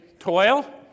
Toil